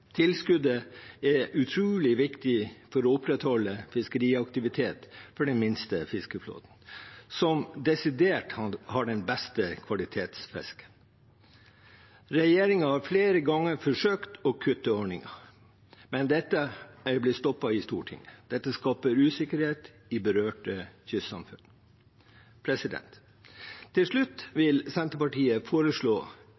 Tilskuddet er utrolig viktig for å opprettholde fiskeriaktivitet for den minste fiskeflåten, som desidert har den beste kvalitetsfisken. Regjeringen har flere ganger forsøkt å kutte ordningen, men dette er blitt stoppet i Stortinget. Dette skaper usikkerhet i berørte kystsamfunn. Til slutt